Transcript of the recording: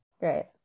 Right